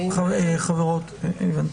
חברות, הבנתי.